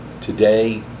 today